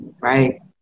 right